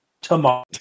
Tomorrow